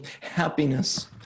happiness